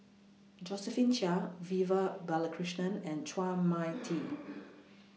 Josephine Chia Vivian Balakrishnan and Chua Mia Tee